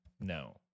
no